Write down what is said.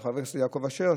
חבר הכנסת יעקב אשר,